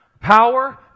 Power